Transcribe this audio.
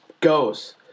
goes